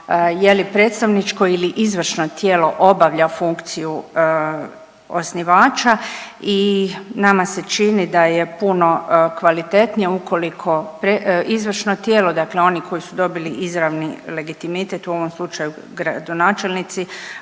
je li predstavničko ili izvršno tijelo obavlja funkciju osnivača i nama se čini da je puno kvalitetnije ukoliko izvršno tijelo, dakle oni koji su dobili izravni legitimitet u ovom slučaju gradonačelnici